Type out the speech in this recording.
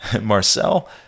Marcel